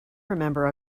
remember